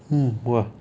mm book lah